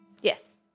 Yes